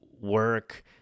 work